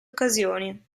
occasioni